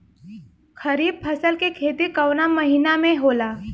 खरीफ फसल के खेती कवना महीना में होला?